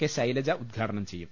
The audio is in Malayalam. കെ ശൈലജ ഉദ്ഘാടനം ചെയ്യും